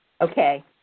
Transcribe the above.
Okay